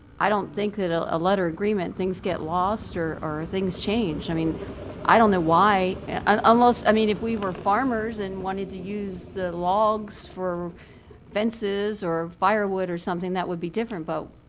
i don't think that a letter agreement things get lost, or or ah things change. i mean i don't know why ah um i mean if we were farmers, and wanted to use the logs for fences, or firewood, or something, that would be different. but